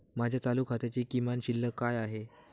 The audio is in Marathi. माझ्या चालू खात्याची किमान शिल्लक काय आहे?